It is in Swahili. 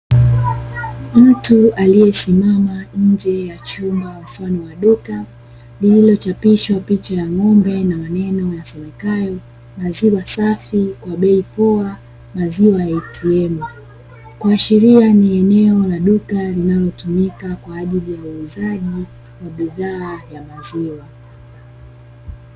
Mtu aliye simama njee ya chumba mfano wa duka lililo chapishwa picha ya ng'ombe na maneno yasomekayo "maziwa safi kwa bei powa maziwa ya ATM", Kuashiria ni duka linalo tumika kwaajili ya uuzaji wa bidhaa ya maziwa.